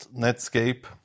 Netscape